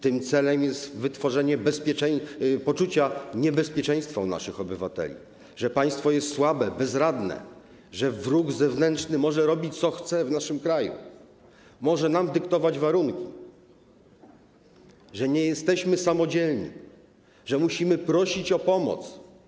Tym celem jest wytworzenie poczucia niebezpieczeństwa u naszych obywateli - że państwo jest słabe, bezradne, że wróg zewnętrzny może robić w naszym kraju, co chce, może nam dyktować warunki, że nie jesteśmy samodzielni, że musimy prosić o pomoc.